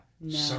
No